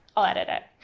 i'll edit it.